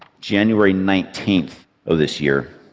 january nineteen of this year,